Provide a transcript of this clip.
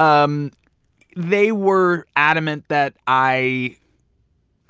um they were adamant that i